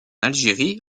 algérie